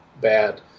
bad